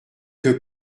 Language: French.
que